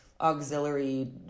auxiliary